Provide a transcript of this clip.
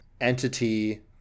entity